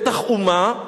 בטח אומה,